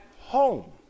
home